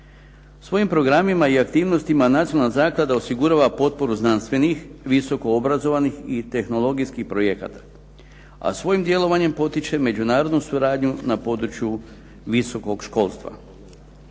Svojim programima i aktivnostima nacionalna zaklada osigurava potporu znanstvenih, visoko obrazovanih i tehnologijskih projekata, a svojim djelovanjem potiče međunarodnu suradnju na području visokog školstva.